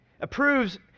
Approves